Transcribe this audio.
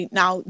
now